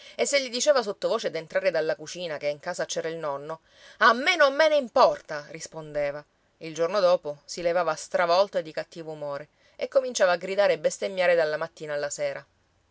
e se gli diceva sottovoce d'entrare dalla cucina che in casa c'era il nonno a me non me ne importa rispondeva il giorno dopo si levava stravolto e di cattivo umore e cominciava a gridare e bestemmiare dalla mattina alla sera